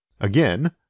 again